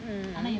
mm